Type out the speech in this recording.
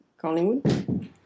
Collingwood